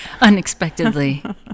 Unexpectedly